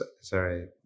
Sorry